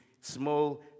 small